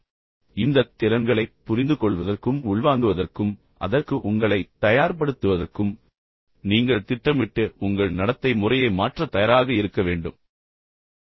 இப்போது இந்தத் திறன்களைப் புரிந்துகொள்வதற்கும் உள்வாங்குவதற்கும் அதற்கு உங்களைத் தயார்படுத்துவதற்கும் நீங்கள் திட்டமிட்டு உங்கள் நடத்தை முறையை மாற்றத் தயாராக இருக்க வேண்டும் என்று நான் விரும்புகிறேன்